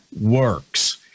works